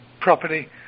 property